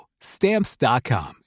Stamps.com